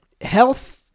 health